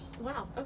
Wow